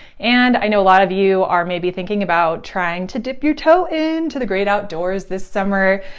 and i know a lot of you are maybe thinking about trying to dip your toe into the great outdoors this summer.